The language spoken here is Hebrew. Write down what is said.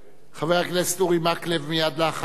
ואחריו חבר הכנסת אורי אריאל,